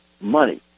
money